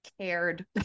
cared